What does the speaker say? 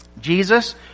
Jesus